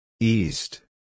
East